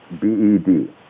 B-E-D